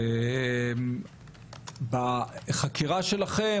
ובחקירה שלכם,